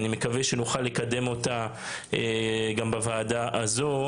אני מקווה שנוכל לקדם את הצעת החוק גם בוועדה זו,